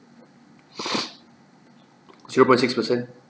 zero point six percent